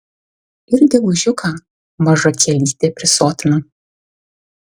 ir gegužiuką maža kielytė prisotina